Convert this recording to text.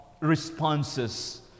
responses